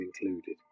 included